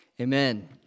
Amen